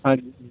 ਹਾਂਜੀ